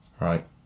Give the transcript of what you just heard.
Right